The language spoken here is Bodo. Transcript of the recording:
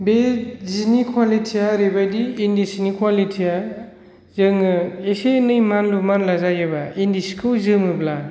बे जिनि क्वालिटि या ओरैबायदि इन्दि सिनि क्वालिटि या जोङो एसे एनै मानलु मानला जायोबा इन्दि सिखौ जोमोब्ला